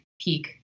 peak